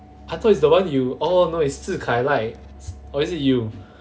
I thought it's the one you oh no it's zi kai like or is it you